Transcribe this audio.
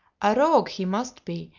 a rogue he must be,